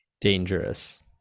dangerous